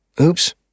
Oops